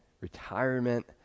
retirement